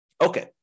Okay